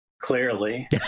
clearly